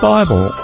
Bible